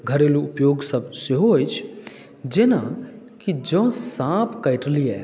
घरेलू उपयोगसभ सेहो अछि कि जेना जँ साँप काटि लिये